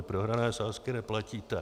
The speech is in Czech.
Vy prohrané sázky neplatíte.